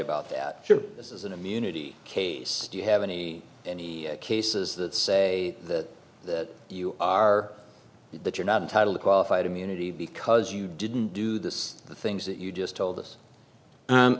about that this is an immunity case do you have any cases that say that that you are the you're not entitled qualified immunity because you didn't do this the things that you just told us